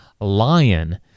Lion